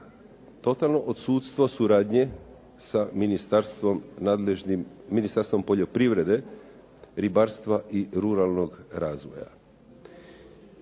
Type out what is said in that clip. koji se odnosi na Ministarstvo poljoprivrede, ribarstva i ruralnog razvoja.